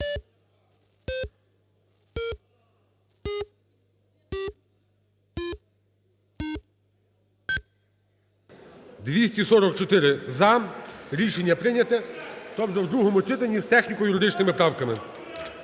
За-244 Рішення прийнято. Тобто в другому читанні з техніко-юридичними правками.